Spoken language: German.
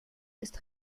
ist